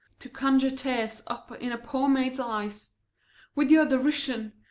to conjure tears up in a poor maid's eyes with your derision!